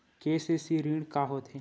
KCC ऋण का होथे?